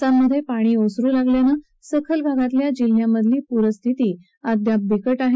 असममधे पाणी ओसरु लागल्यानं सखल भागातल्या जिल्ह्यांमधली पूरस्थिती अद्याप बिकटच आहे